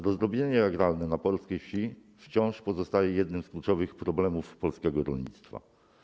Rozdrobnienie agrarne polskiej wsi wciąż pozostaje jednym z kluczowych problemów polskiego rolnictwa.